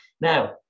Now